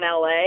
LA